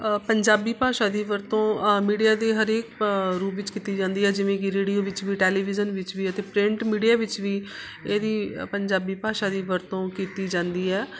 ਪੰਜਾਬੀ ਭਾਸ਼ਾ ਦੀ ਵਰਤੋਂ ਮੀਡੀਆ ਦੇ ਹਰੇਕ ਰੂਪ ਵਿੱਚ ਕੀਤੀ ਜਾਂਦੀ ਹੈ ਜਿਵੇਂ ਕਿ ਰੇਡੀਓ ਵਿੱਚ ਵੀ ਟੈਲੀਵਿਜ਼ਨ ਵਿੱਚ ਵੀ ਅਤੇ ਪ੍ਰਿੰਟ ਮੀਡੀਆ ਵਿੱਚ ਵੀ ਇਹਦੀ ਅ ਪੰਜਾਬੀ ਭਾਸ਼ਾ ਦੀ ਵਰਤੋਂ ਕੀਤੀ ਜਾਂਦੀ ਹੈ